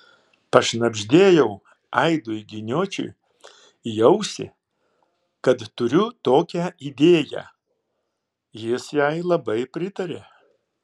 pašnabždėjau aidui giniočiui į ausį kad turiu tokią idėją jis jai labai pritarė